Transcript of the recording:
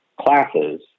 classes